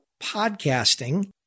podcasting